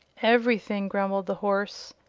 everything, grumbled the horse.